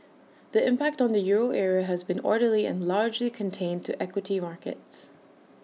the impact on the euro area has been orderly and largely contained to equity markets